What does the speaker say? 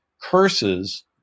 curses